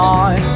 on